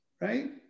right